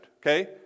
okay